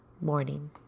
morning